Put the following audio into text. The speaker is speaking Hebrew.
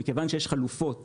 מכיוון שיש חלופות